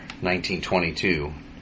1922